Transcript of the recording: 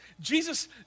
Jesus